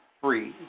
free